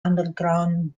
underground